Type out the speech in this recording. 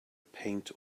paint